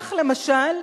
כך למשל,